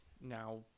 now